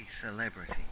Celebrity